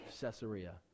Caesarea